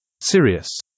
Sirius